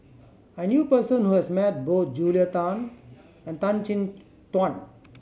I knew person who has met both Julia Tan and Tan Chin Tuan